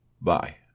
Bye